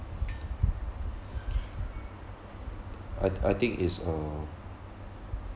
I I think is a